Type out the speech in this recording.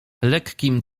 lekkim